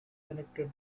connected